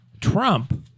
Trump